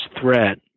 threat